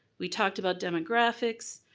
we talked about demographics,